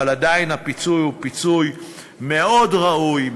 אבל עדיין הפיצוי הוא פיצוי מאוד ראוי,